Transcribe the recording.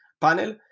panel